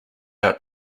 out